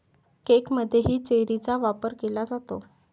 केकमध्येही चेरीचा वापर केला जातो